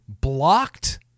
blocked